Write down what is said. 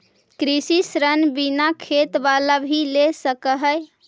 कृषि ऋण बिना खेत बाला भी ले सक है?